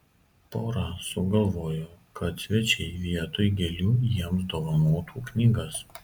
pora sugalvojo kad svečiai vietoj gėlių jiems dovanotų knygas